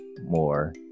more